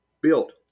built